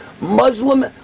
Muslim